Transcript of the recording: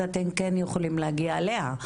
אז אתם כן יכולים להגיע אליה.